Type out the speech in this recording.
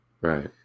Right